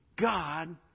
God